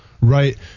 Right